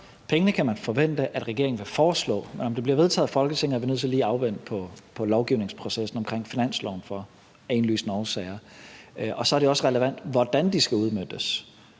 Pengene kan man forvente at regeringen vil foreslå, men om det bliver vedtaget af Folketinget, er vi nødt til lige at afvente lovgivningsprocessen omkring finansloven for at vide – af indlysende årsager. Og så er det også relevant, hvordan det skal udmøntes.